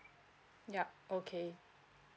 yup okay